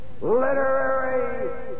literary